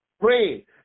pray